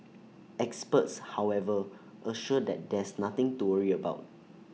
experts however assure that there's nothing to worry about